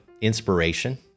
inspiration